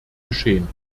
geschehen